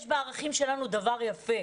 יש בערכים שלנו דבר יפה.